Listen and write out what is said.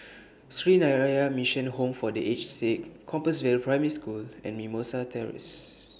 Sree Narayana Mission Home For The Aged Sick Compassvale Primary School and Mimosa Terrace